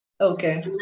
Okay